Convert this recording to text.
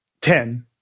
Ten